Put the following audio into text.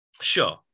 Sure